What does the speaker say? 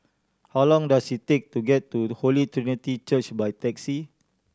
how long does it take to get to Holy Trinity Church by taxi